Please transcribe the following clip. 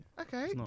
okay